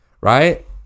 right